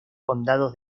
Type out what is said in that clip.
condado